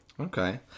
Okay